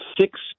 six